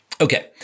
Okay